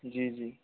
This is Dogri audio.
जी जी